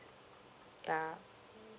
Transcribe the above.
ya